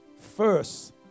first